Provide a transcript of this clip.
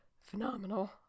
phenomenal